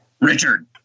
Richard